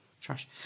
Trash